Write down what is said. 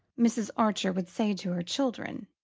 mrs. archer would say to her children,